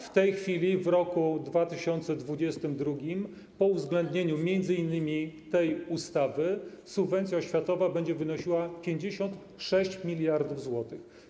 W tej chwili, w roku 2022, po uwzględnieniu m.in. tej ustawy, subwencja oświatowa będzie wynosiła 56 mld zł.